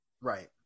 Right